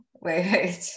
Wait